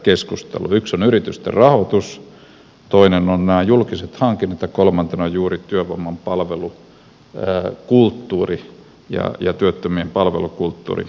yksi on yritysten rahoitus toinen on nämä julkiset hankinnat ja kolmantena on juuri työvoiman palvelukulttuuri ja työttömien palvelukulttuuri